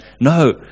no